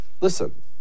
listen